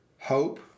hope